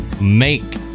make